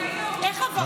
איך הפכת את זה?